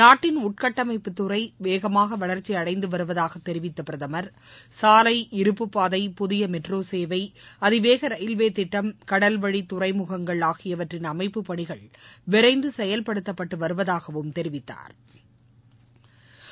நாட்டின் உள்கட்டமைப்பு துறை வேகமாக வளர்ச்சி அடைந்து வருவதாக தெரிவித்த பிரதமர் சாலை இருப்புப்பாதை புதிய மெட்ரோ சேவை அதிவேக ரயில்வே திட்டம் கடல்வழி துறைமுகங்கள் ஆகியவற்றின் அமைப்பு பணிகள் விரைந்து செயல்படுத்தப்பட்டு வருவதாகவும் தெரிவித்தாா்